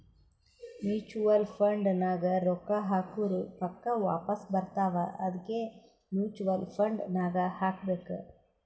mutual fund ನಾಗ್ ರೊಕ್ಕಾ ಹಾಕುರ್ ಪಕ್ಕಾ ವಾಪಾಸ್ ಬರ್ತಾವ ಅದ್ಕೆ ಮೂಚುವಲ್ ಫಂಡ್ ನಾಗ್ ಹಾಕಬೇಕ್